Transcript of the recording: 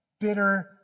bitter